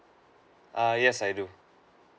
err yes I do